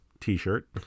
T-shirt